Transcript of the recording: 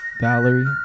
Valerie